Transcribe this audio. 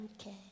Okay